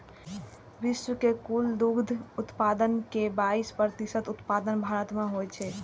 विश्व के कुल दुग्ध उत्पादन के बाइस प्रतिशत उत्पादन भारत मे होइ छै